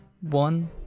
One